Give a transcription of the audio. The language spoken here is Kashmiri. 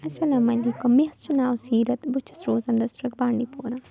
اَسلامُ علیکُم مےٚ حظ چھُ ناو سیٖرَت بہٕ چھَس روزان ڈِسٹرٛک بانٛڈی پوٗرا